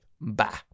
Bye